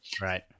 Right